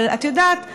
אבל את יודעת,